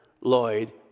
Lloyd